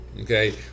okay